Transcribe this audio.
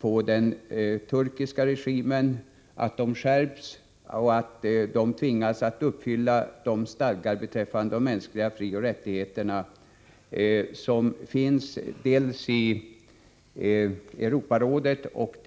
på den turkiska regimen att den skall följa de stadgar beträffande de mänskliga frioch rättigheterna som antagits dels i Europarådet, dels i FN.